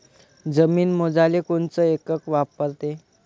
जमीन मोजाले कोनचं एकक वापरते?